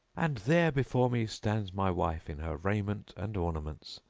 and there before me stands my wife in her raiment and ornaments,